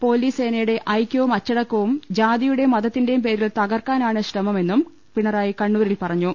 police സേനയുടെ ഐക്യവും അച്ചടക്കവും ജാതി യുടെയും മതത്തിന്റെയും പേരിൽ തകർക്കാനാണ് ശ്രമമെന്നും പിണറായി കണ്ണൂരിൽ പറഞ്ഞു